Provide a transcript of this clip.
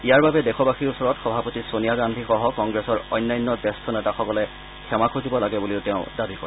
ইয়াৰ বাবে দেশবাসীৰ ওচৰত সভাপতি ছেনীয়া গান্ধীসহ কংগ্ৰেছৰ অন্যান্য জ্যেষ্ঠ নেতাসকলে ক্ষমা খুজিব লাগে বুলিও তেওঁ দাবী কৰে